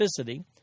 specificity